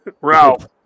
Ralph